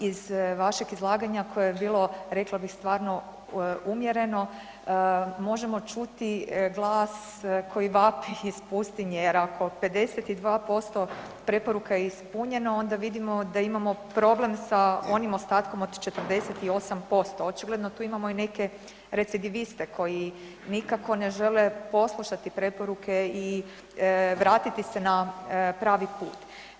Iz vašeg izlaganja koje je bilo, rekla bi stvarno umjereno, možemo čuti glas koji vapi iz pustinje jer ako 52% preporuka je ispunjeno onda vidimo da imamo problem sa onim ostatkom od 48%, očigledno tu imamo i neke recidiviste koji nikako ne žele poslušati preporuke i vratiti se na pravi put.